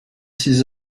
six